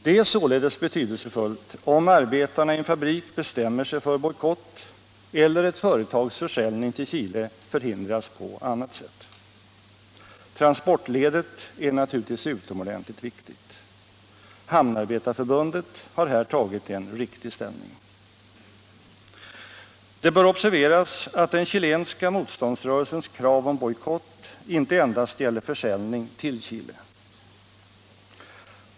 Det är således betydelsefullt om arbetarna i en fabrik bestämmer sig för bojkott, eller ett företags försäljning till Chile förhindras på annat sätt. Transportledet är naturligtvis utomordentligt viktigt. Hamnarbetarförbundet har här tagit en riktig ställning. Det bör observeras att den chilenska motståndsrörelsens krav om bojkott inte endast gäller försäljning till Chile.